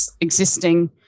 existing